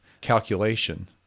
calculation